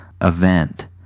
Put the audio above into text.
event